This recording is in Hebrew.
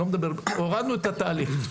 הורדנו את התהליך,